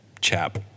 chap